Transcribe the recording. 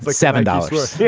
like seven dollars. yeah.